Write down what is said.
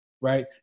Right